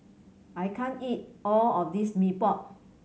I can't eat all of this Mee Pok